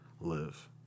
live